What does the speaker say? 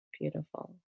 Beautiful